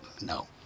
No